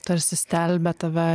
tarsi stelbia tave